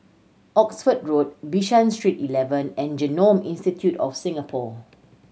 Oxford Road Bishan Street Eleven and Genome Institute of Singapore